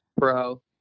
pro